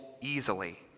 easily